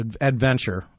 adventure